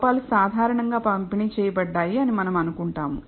లోపాలు సాధారణంగా పంపిణీ చేయబడ్డాయి అని మనం అనుకుంటాము